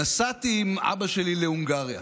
נסעתי עם אבא שלי להונגריה.